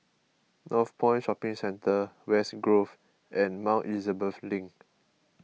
Northpoint Shopping Centre West Grove and Mount Elizabeth Link